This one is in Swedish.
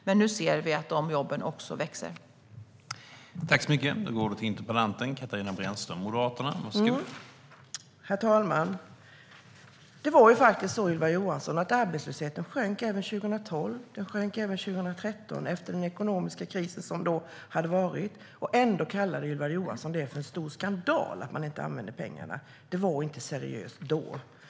Men nu ser vi att också dessa jobb växer i antal.